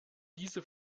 diese